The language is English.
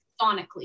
sonically